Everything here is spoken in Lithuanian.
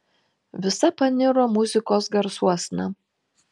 visa paniro muzikos garsuosna